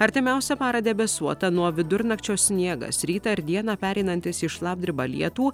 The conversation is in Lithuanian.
artimiausią parą debesuota nuo vidurnakčio sniegas rytą ar dieną pereinantis į šlapdribą lietų